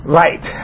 right